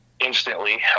instantly